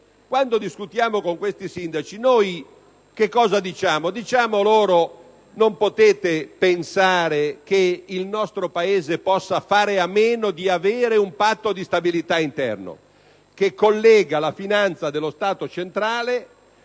Quando discutiamo con questi sindaci - credo che capiti a me come a tutti voi - diciamo loro: non potete pensare che il nostro Paese possa fare a meno di avere un Patto di stabilità interno, che collega la finanza dello Stato centrale